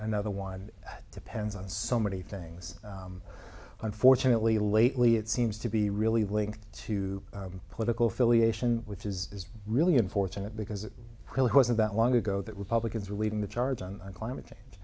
another one depends on so many things unfortunately lately it seems to be really linked to political affiliation with is really unfortunate because it really wasn't that long ago that republicans were leading the charge on climate change